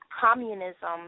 communism